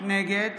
נגד